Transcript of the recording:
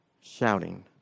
shouting